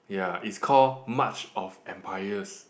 ya it's call March of Empires